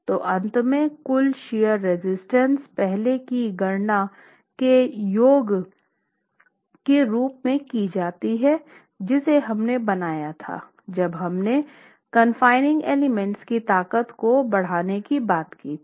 तो अंत में कुल शियर रेजिस्टेंस पहले की गणना के योग के रूप में की जाती है जिसे हमने बनाया था जब हमने कनफिनिंग एलीमेंट की ताकत को बढ़ाने की बात की थी